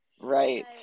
Right